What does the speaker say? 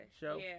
show